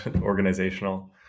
organizational